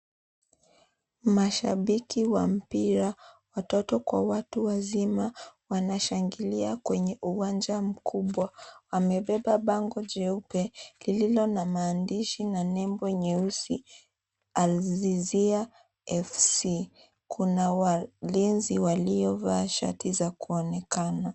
Mashabiki wa mpira, watoto kwa watu wazima wanashangilia kwenye uwanja mkubwa. Wamebeba bango jeupe lililo na maandishi na nembo nyeusi," alzizia fc." Kuna walinzi waliovaa shati za kuonekana.